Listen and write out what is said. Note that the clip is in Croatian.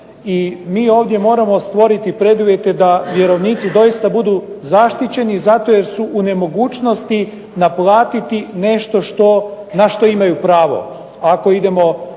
i mi ovdje moramo stvoriti preduvjete da vjerovnici budu doista i zaštićeni zato jer su u nemogućnosti naplatiti nešto što na što imaju pravo.